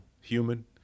human